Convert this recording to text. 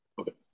okay